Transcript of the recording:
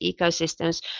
ecosystems